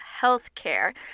healthcare